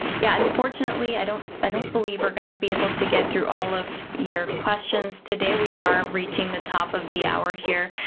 yeah unfortunately i don't i don't believe we're going to be able to get through all of your questions today. we are reaching the top of the hour here.